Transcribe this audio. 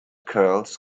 curls